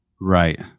Right